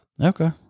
Okay